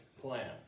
plan